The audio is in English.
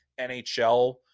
NHL